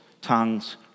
tongues